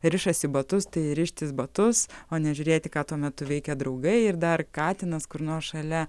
rišasi batus tai rištis batus o ne žiūrėti ką tuo metu veikia draugai ir dar katinas kur nors šalia